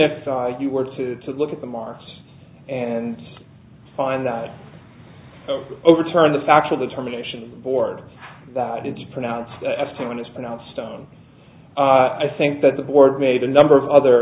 if you were to look at the marks and find that overturn the factual determination board that it's pronounced a time when it's pronounced stone i think that the board made a number of other